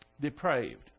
Depraved